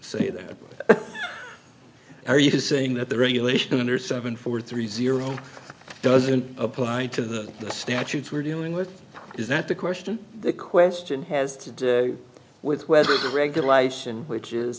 say that are you saying that the regulations under seven four three zero doesn't apply to the statutes we're dealing with is not the question the question has to do with whether the regulation which is